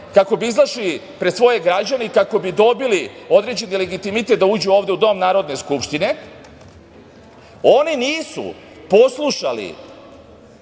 kako bi izašli pred svoje građane i kako bi dobili određeni legitimitet da uđu ovde u Dom Narodne skupštine, oni nisu poslušali